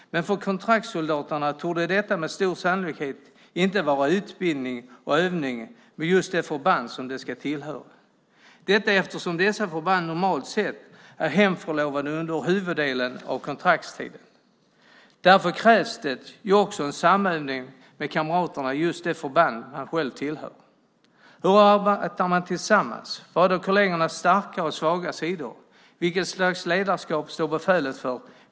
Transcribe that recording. För kontraktssoldaterna torde detta med stor sannolikhet inte vara utbildning och övning med just det förband som de ska tillhöra, eftersom dessa förband normalt sett är hemförlovade under huvuddelen av kontraktstiden. Därför krävs det ju också en samövning med kamraterna i just det förband man själv tillhör. Hur arbetar man tillsammans? Vilka är kollegernas starka och svaga sidor? Vilket slags ledarskap står befälet för?